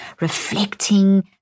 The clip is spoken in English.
reflecting